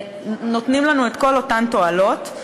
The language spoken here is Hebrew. שנותנים לנו את כל אותן תועלות,